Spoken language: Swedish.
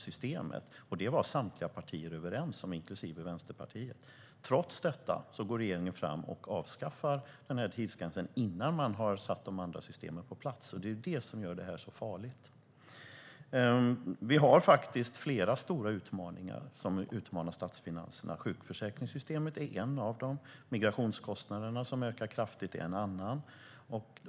Det var samtliga partier överens om, inklusive Vänsterpartiet. Trots detta avskaffar regeringen tidsgränsen innan man har satt övriga system på plats. Det är det som gör det här så farligt. Det finns flera stora utmaningar som inverkar på statsfinanserna. Sjukförsäkringssystemet är en av utmaningarna. Migrationskostnaderna, som ökar kraftigt, är en annan.